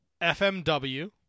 FMW